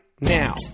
now